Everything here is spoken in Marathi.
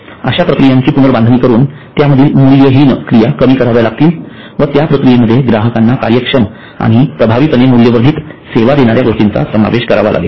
अश्या प्रक्रियांची पुर्नबांधणी करून त्या मधील मूल्यहीन क्रिया कमी कराव्या लागतील व त्या प्रक्रियेमध्ये ग्राहकांना कार्यक्षम आणि प्रभावीपणे मूल्यवर्धित सेवा देणाऱ्या गोष्टींचा समावेश करावा लागेल